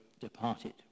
departed